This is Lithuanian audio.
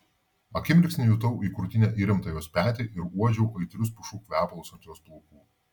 akimirksnį jutau į krūtinę įremtą jos petį ir uodžiau aitrius pušų kvepalus ant jos plaukų